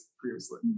previously